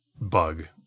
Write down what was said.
bug